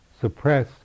suppress